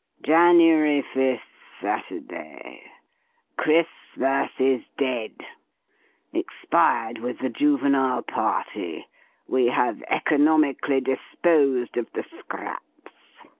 january fifth, saturday christmas is dead expired with the juvenile party we have economically disposed of the scraps.